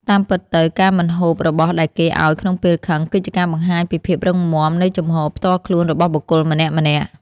តាមពិតទៅការមិនហូបរបស់ដែលគេឱ្យក្នុងពេលខឹងគឺជាការបង្ហាញពីភាពរឹងមាំនៃជំហរផ្ទាល់ខ្លួនរបស់បុគ្គលម្នាក់ៗ។